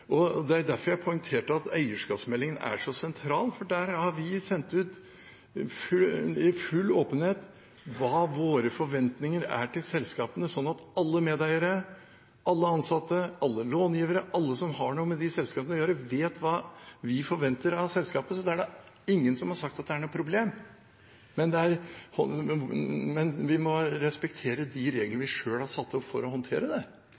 dette. Det var derfor jeg poengterte at eierskapsmeldingen er så sentral, for der har vi sendt ut i full åpenhet hva våre forventninger er til selskapene, sånn at alle medeiere, alle ansatte, alle långivere, alle som har noe med de selskapene å gjøre, vet hva vi forventer av selskapet. Så det er da ingen som har sagt at det er noe problem. Men vi må respektere de reglene vi selv har satt opp for å håndtere det